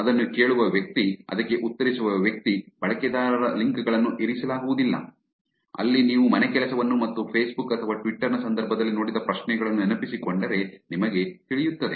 ಅದನ್ನು ಕೇಳುವ ವ್ಯಕ್ತಿ ಅದಕ್ಕೆ ಉತ್ತರಿಸುವ ವ್ಯಕ್ತಿ ಬಳಕೆದಾರರ ಲಿಂಕ್ ಗಳನ್ನು ಇರಿಸಲಾಗುವುದಿಲ್ಲ ಅಲ್ಲಿ ನೀವು ಮನೆಕೆಲಸವನ್ನು ಮತ್ತು ಫೇಸ್ಬುಕ್ ಅಥವಾ ಟ್ವಿಟರ್ ನ ಸಂದರ್ಭದಲ್ಲಿ ನೋಡಿದ ಪ್ರಶ್ನೆಗಳನ್ನು ನೆನಪಿಸಿಕೊಂಡರೆ ನಿಮಗೆ ತಿಳಿಯುತ್ತದೆ